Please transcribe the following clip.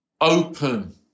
open